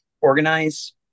organize